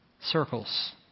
circles